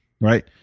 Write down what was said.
Right